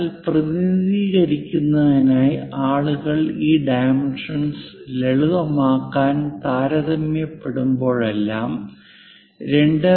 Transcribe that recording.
എന്നാൽ പ്രതിനിധീകരിക്കുന്നതിനായി ആളുകൾ ഈ ഡൈമെൻഷന്സ് ലളിതമാക്കാൻ താൽപ്പര്യപ്പെടുമ്പോഴെല്ലാം 2